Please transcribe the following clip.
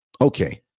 Okay